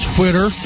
Twitter